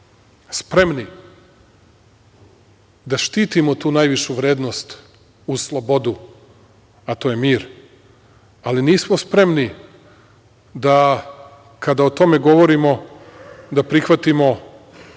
spremni da štitimo tu najvišu vrednost, uz slobodu, a to je mir, ali nismo spremni da kada o tome govorimo, da prihvatimo